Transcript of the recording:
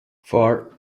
four